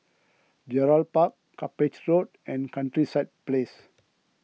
Gerald Park Cuppage Road and Countryside Place